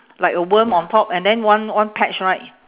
like a worm on top and then one one patch right